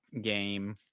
game